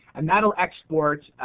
um that will export,